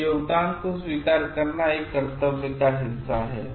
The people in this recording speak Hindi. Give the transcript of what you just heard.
तो यह योगदान को स्वीकार करना एक कर्तव्य का एक हिस्सा है